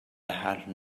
had